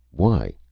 why?